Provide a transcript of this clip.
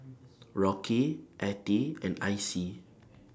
Rocky Attie and Icey